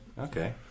Okay